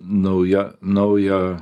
nauja naujo